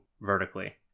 vertically